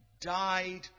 died